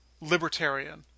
libertarian